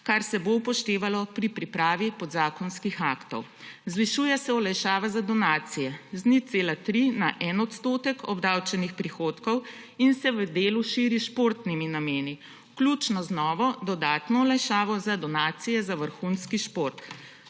kar se bo upoštevalo pri pripravi podzakonskih aktov. Zvišuje se olajšava za donacije z 0,3 na en odstotek obdavčenih prihodkov in se v delu širi s športnimi nameni, vključno z novo dodatno olajšavo za donacije za vrhunski šport.